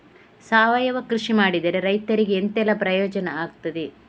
ಸಾವಯವ ಕೃಷಿ ಮಾಡಿದ್ರೆ ರೈತರಿಗೆ ಎಂತೆಲ್ಲ ಪ್ರಯೋಜನ ಆಗ್ತದೆ?